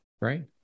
Right